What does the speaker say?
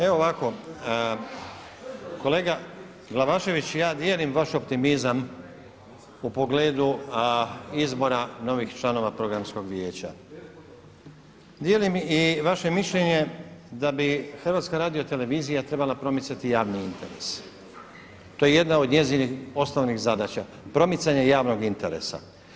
Evo ovako, kolega Glavašević ja dijelim vaš optimizam u pogledu izbora novih članova Programskog vijeća, dijelim i vaše mišljenje da bi HRT trebala promicati javni interes, to je jedna od njezinih osnovnih zadaća, promicanje javnog interesa.